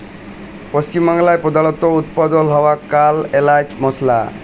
পশ্চিম বাংলায় প্রধালত উৎপাদল হ্য়ওয়া কাল এলাচ মসলা